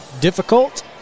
difficult